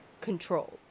control